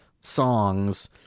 songs